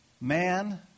Man